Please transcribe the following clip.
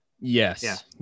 yes